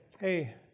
hey